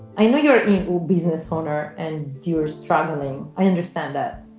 i know you're a business owner and you're struggling. i understand that,